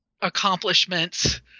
accomplishments